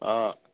অঁ